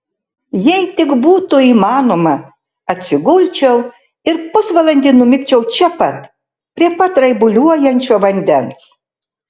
jei tik būtų įmanoma atsigulčiau ir pusvalandį numigčiau čia pat prie pat raibuliuojančio vandens